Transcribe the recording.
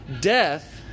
death